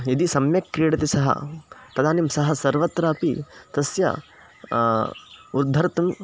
यदि सम्यक् क्रीडति सः तदानीं सः सर्वत्रापि तस्य उद्धर्तुं